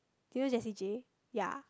do you know Jessie-J ya